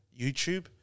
YouTube